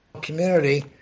community